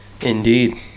Indeed